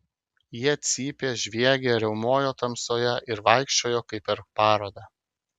jie cypė žviegė riaumojo tamsoje ir vaikščiojo kaip per parodą